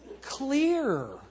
clear